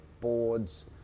boards